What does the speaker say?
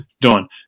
done